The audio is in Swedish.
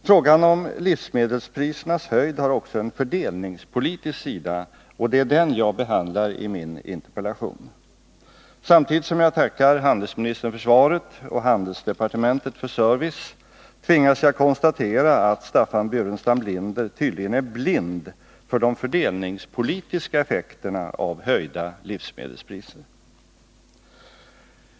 Frågan om de höjda livsmedelspriserna har också en fördelningspolitisk sida, och det är den jag behandlar i min interpellation. Samtidigt som jag tackar handelsministern för svaret och handelsdepartementet för servicen tvingas jag konstatera att Staffan Burenstam Linder tydligen är blind för de fördelningspolitiska effekterna av höjda livsmedelspriser.